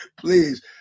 Please